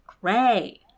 Gray